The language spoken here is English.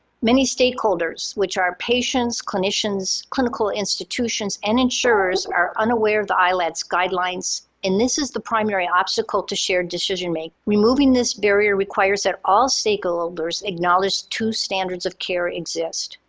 many stakeholders, which are patients, clinicians, clinical institutions, and insurers, are unaware of the ilads ilads guidelines. and this is the primary obstacle to shared decision-making. removing this barrier requires that all stakeholders acknowledged two standards of care exist.